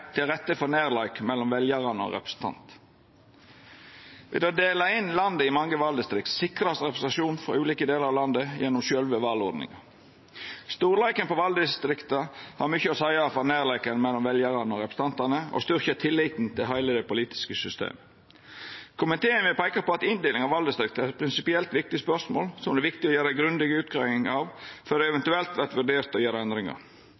til rette for nærleik mellom veljarane og representantane. Ved å dela inn landet i mange valdistrikt sikrar ein representasjon frå ulike delar av landet gjennom sjølve valordninga. Storleiken på valdistrikta har mykje å seia for nærleiken mellom veljarane og representantane og styrkjer tilliten til heile det politiske systemet. Komiteen vil peika på at inndeling i valdistrikt er eit prinsipielt viktig spørsmål som det er viktig å gjera ei grundig utgreiing av før det eventuelt vert vurdert å gjera endringar.